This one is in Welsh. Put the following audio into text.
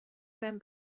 ben